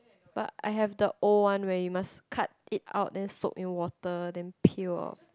but I have the old one where you must cut it out then soak in water then peel off